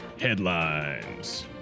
headlines